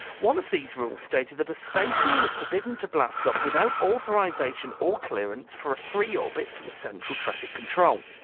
one of these rules stated that a spaceman was forbidden to blast off without authorization or clearance for a free orbit from a central traffic control.